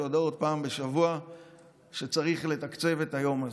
הודעות פעם בשבוע שצריך לתקצב את היום הזה.